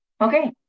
Okay